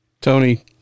Tony